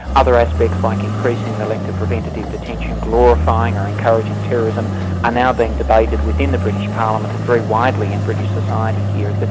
other aspects like increasing the length of preventative detention, glorifying or encouraging terrorism are now being debated within the british parliament, and very widely in british society here.